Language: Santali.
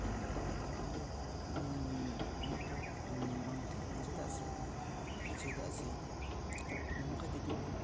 ᱟᱨ ᱚᱱᱟ ᱫᱚ ᱚᱱᱟ ᱫᱚ ᱵᱟᱝ ᱴᱷᱤᱠᱟ ᱪᱮᱫᱟᱜ ᱥᱮ ᱪᱮᱫᱟᱜ ᱥᱮ ᱚᱱᱠᱟ ᱡᱩᱫᱤ ᱵᱚᱱ